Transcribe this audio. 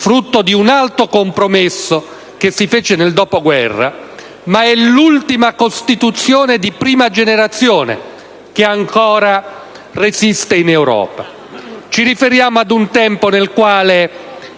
frutto di un alto compromesso che si fece nel dopoguerra, ma è l'ultima Costituzione di prima generazione che ancora resiste in Europa. Si riferisce ad un tempo nel quale